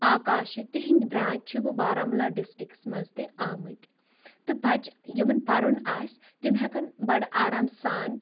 آکاش تِہِنٛدۍ برانچ چھِ وٕ بارہمولا ڈِسٹرکَس منٛز تہِ آمٕتۍ تہٕ بَچہِ یِمَن پَرُن آسہِ تِم ہٮ۪کَن بَڑٕ آرام سان